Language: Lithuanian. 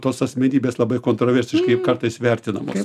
tos asmenybės labai kontroversiškai kartais vertinamos